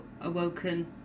awoken